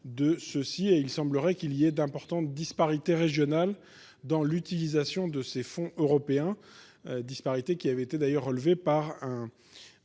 de ceci et il semblerait qu'il y ait d'importantes disparités régionales dans l'utilisation de ces fonds européens. Disparités qui avaient été d'ailleurs relevé par un.